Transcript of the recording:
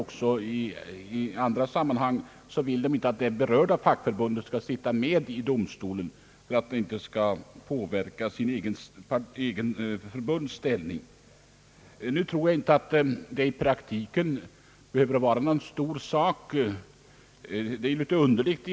Även i andra sammanhang är det så att man inte vill att den berörda parten skall sitta med i domstolen för att inte påverka sitt eget förbunds ställning. Nu tror jag inte att detta i praktiken behöver vara någon stor sak.